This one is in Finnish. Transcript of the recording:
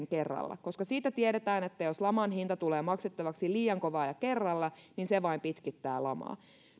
kerralla koska se tiedetään että jos laman hinta tulee maksettavaksi liian kovaa ja kerralla niin se vain pitkittää lamaa